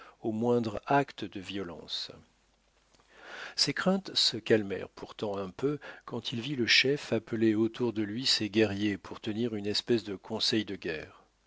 au moindre acte de violence ses craintes se calmèrent pourtant un peu quand il vit le chef appeler autour de lui ses guerriers pour tenir une espèce de conseil de guerre